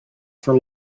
for